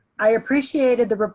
i appreciated the